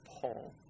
Paul